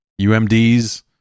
UMDs